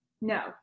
no